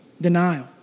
denial